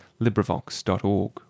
LibriVox.org